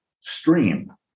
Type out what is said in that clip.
stream